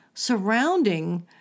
surrounding